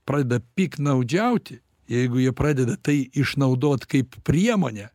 pradeda piktnaudžiauti jeigu jie pradeda tai išnaudot kaip priemonę